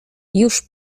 już